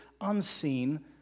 unseen